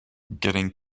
getting